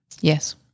Yes